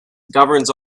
governs